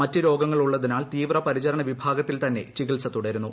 മറ്റ് രോഗങ്ങൾ ഉള്ളതിനാൽ തീവ്രപരിചരണ വിഭാഗത്തിൽ തന്നെ ചികിൽസ തുടരുന്നു